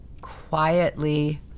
quietly